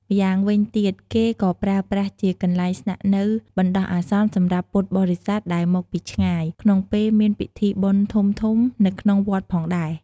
ម្យ៉ាងវិញទៀតគេក៏ប្រើប្រាស់ជា កន្លែងស្នាក់នៅបណ្ដោះអាសន្ន សម្រាប់ពុទ្ធបរិស័ទដែលមកពីឆ្ងាយ ក្នុងពេលមានពិធីបុណ្យធំៗនៅក្នុងវត្តផងដែរ។